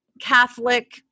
Catholic